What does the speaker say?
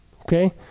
Okay